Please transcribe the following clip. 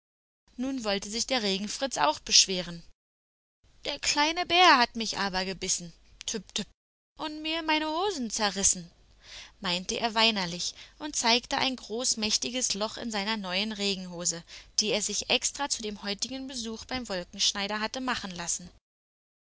nun wollte sich der regenfritz auch beschweren der kleine bär hat mich aber gebissen tüp tüp und mir meine hosen zerrissen meinte er weinerlich und zeigte ein großmächtiges loch in seiner neuen regenhose die er sich extra zu dem heutigen besuch beim wolkenschneider hatte machen lassen